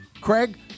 Craig